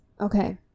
Okay